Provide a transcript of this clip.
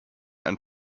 and